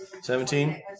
Seventeen